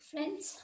Friends